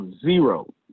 zero